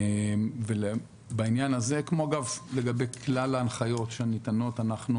לגבי כלל ההנחיות שניתנות,